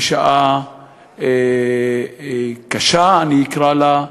בשעה קשה, אני אקרא לה,